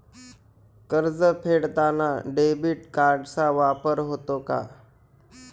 कर्ज फेडताना डेबिट कार्डचा वापर होतो का?